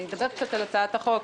אדבר קצת על הצעת החוק.